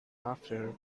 after